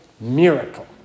miracle